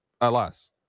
alas